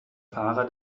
fahrer